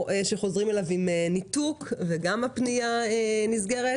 או שחוזרים אליו עם ניתוק וגם הפנייה נסגרת,